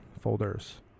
folders